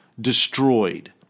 destroyed